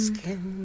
Skin